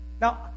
Now